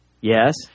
Yes